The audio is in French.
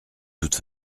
toute